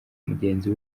mugenzi